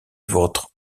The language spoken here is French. votre